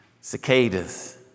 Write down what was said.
Cicadas